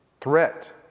threat